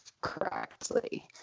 correctly